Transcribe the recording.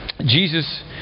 Jesus